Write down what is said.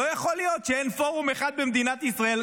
לא יכול להיות שאין פורום אחד במדינת ישראל,